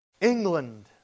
England